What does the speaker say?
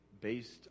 based